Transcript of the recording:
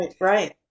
Right